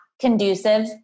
conducive